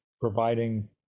providing